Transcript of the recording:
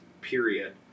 period